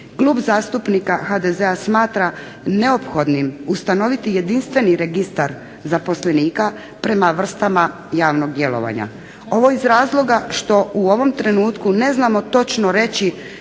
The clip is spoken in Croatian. Klub zastupnika HDZ-a smatra neophodnim ustanoviti jedinstveni registar zaposlenika prama vrstama javnog djelovanja. Ovo iz razloga što u ovom trenutku ne znamo točno reći